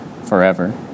forever